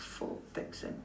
for pet center